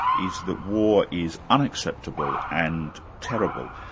is that war is unacceptable and terrible,